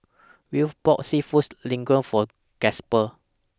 Wylie bought Seafood Linguine For Gasper